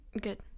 Good